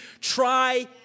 try